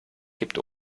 kippt